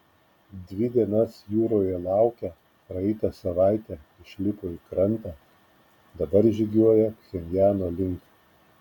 dvi dienas jūroje laukę praeitą savaitę išlipo į krantą dabar žygiuoja pchenjano link